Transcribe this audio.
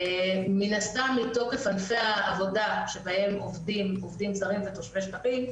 מן הסתם מתוקף ענפי העבודה שבהם עובדים עובדים זרים ותושבי שטחים,